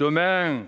l'avenir,